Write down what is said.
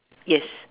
yes